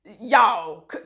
y'all